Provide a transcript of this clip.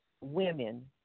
women